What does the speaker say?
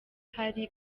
hari